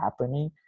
happening